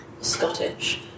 Scottish